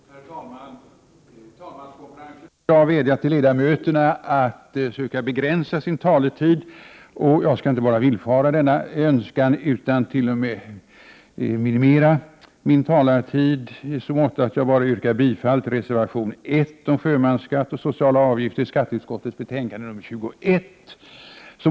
Herr talman! Talmanskonferensen har i dag vädjat till ledamöterna att försöka begränsa sin taletid. Jag skall inte bara villfara denna önskan, utan t.o.m. minimera min taletid i så måtto att jag bara yrkar bifall till reservation 1, som moderaterna ensamma står bakom, om sjömansskatt och sociala avgifter i skatteutskottets betänkande 21.